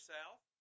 South